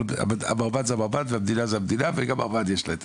אבל המרב"ד זה המרב"ד והמדינה זה המדינה וגם למרב"ד יש לה את